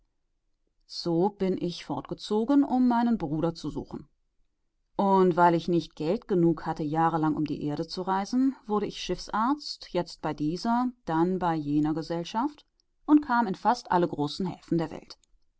so bin ich fortgezogen um meinen bruder zu suchen und weil ich nicht geld genug hatte jahrelang um die erde zu reisen wurde ich schiffsarzt jetzt bei dieser dann bei jener gesellschaft und kam fast in alle großen häfen der welt